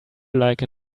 like